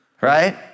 right